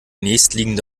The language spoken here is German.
nächstliegende